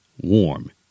warm